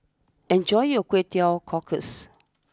enjoy your Kway Teow Cockles